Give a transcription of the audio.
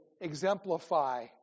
exemplify